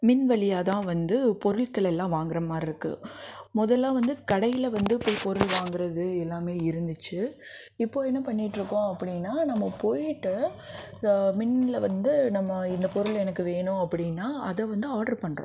மின்வலியாகதான் வந்து பொருட்களெல்லாம் வாங்குகிறமாரி இருக்குது முதல்ல வந்து கடையில் வந்து போய் பொருள் வாங்குகிறது எல்லாமே இருந்துச்சு இப்போது என்ன பண்ணிகிட்ருக்கோம் அப்படின்னா நம்ம போய்கிட்டு மின்ல வந்து நம்ம இந்த பொருள் எனக்கு வேணும் அப்படின்னா அதை வந்து ஆட்ரு பண்ணுறோம்